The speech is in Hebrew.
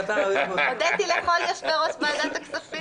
הודיתי לכל יושבי-ראש ועדת הכספים.